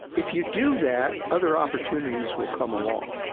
if you do that, other opportunities will come along.